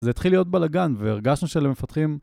זה התחיל להיות בלאגן והרגשנו שלמפתחים